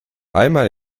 einmal